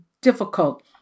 difficult